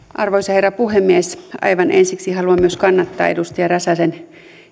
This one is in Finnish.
arvoisa herra puhemies aivan ensiksi haluan myös kannattaa edustaja räsäsen